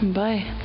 bye